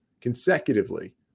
consecutively